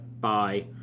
bye